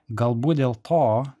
galbūt dėl to